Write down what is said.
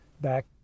back